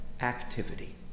activity